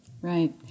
right